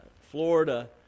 Florida